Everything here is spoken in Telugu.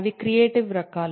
అవి క్రియేటివ్ రకాలు